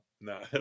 No